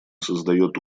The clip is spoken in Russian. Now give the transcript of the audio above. создает